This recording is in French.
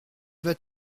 vas